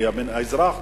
כי האזרח,